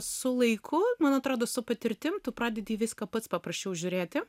su laiku man atrodo su patirtim tu pradedi viską pats paprasčiau žiūrėti